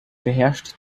beherrscht